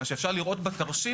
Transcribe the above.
למשל, אפשר לראות בתרשים